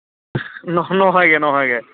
নহয়গৈ নহয়গৈ